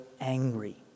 angry